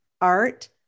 art